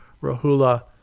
Rahula